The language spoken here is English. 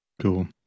Cool